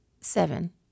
Seven